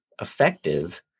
effective